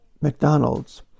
McDonald's